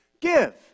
give